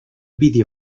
video